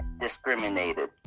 discriminated